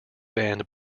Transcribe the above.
band